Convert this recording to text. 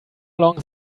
long